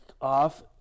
off